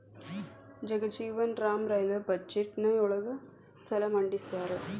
Jagjivan Ram railway ಬಜೆಟ್ನ ಯೊಳ ಸಲ ಮಂಡಿಸ್ಯಾರ